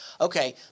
okay